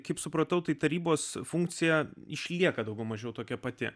kaip supratau tai tarybos funkcija išlieka daugiau mažiau tokia pati